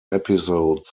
episodes